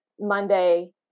Monday